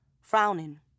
Frowning